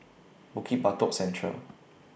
Bukit Batok Central